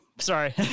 Sorry